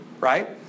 Right